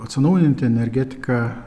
atsinaujinanti energetika